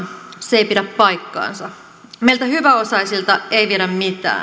se ei pidä paikkaansa meiltä hyväosaisilta ei viedä mitään hyväosaisen venevero